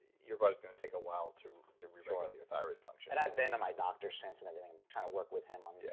your body's going to take a while to to re-regulate your thyroid function and i've been to my doctor since and everything trying to work with him um yeah